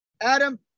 Adam